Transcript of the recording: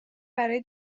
برای